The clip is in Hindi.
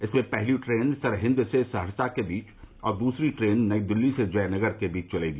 इनमें पहली ट्रेन सरहिन्द से सहरसा के बीच और दूसरी ट्रेन नई दिल्ली से जयनगर के बीच चलेगी